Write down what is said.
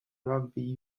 rugby